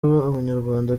abanyarwanda